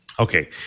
Okay